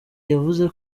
yavuze